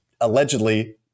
allegedly